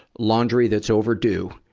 laundry that's overdue.